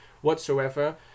whatsoever